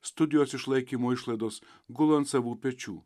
studijos išlaikymo išlaidos gula ant savų pečių